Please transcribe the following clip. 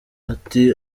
ati